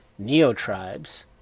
Neotribes